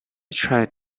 tried